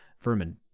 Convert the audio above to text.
Vermin